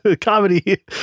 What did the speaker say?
Comedy